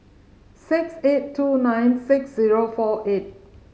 six eight two nine six zero four eight